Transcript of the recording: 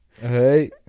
Hey